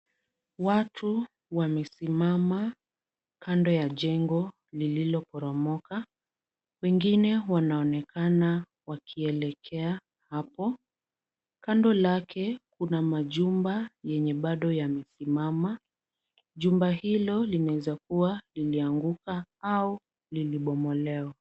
Watu wamesimama kando ya jengo lililoporomoka. Wengine wanaonekana wakielekea hapo. Kando lake kuna majumba yenye bado yamesimama. Jumba hilo linaweza kuwa lilianguka au lilibomolewa.